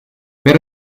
per